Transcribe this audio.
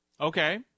Okay